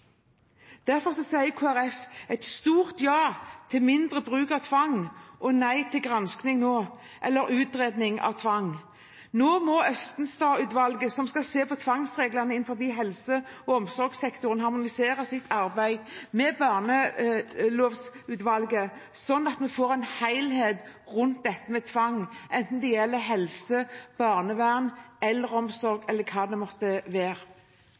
Derfor sier Kristelig Folkeparti et stort ja til mindre bruk av tvang og nei til gransking eller utredning av tvang nå. Nå må Østenstad-utvalget, som skal se på tvangsreglene innenfor helse- og omsorgssektoren, harmonisere sitt arbeid med barnelovutvalget, slik at vi får en helhet rundt dette med tvang, enten det gjelder helse, barnevern, eldreomsorg eller hva det måtte være.